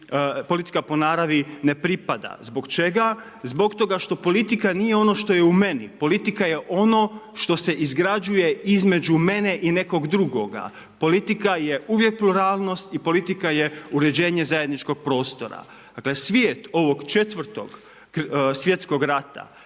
politika po naravi ne pripada. Zbog čega? Zbog toga što politika nije ono što je u meni. Politika je ono što se izgrađuje između mene i nekog drugoga, politika je uvijek pluralnost i politika je uređenje zajedničkog prostora. Dakle, svijet ovog četvrtog svjetskog rata